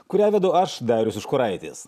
kurią vedu aš darius užkuraitis